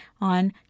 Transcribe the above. on